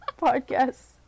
podcast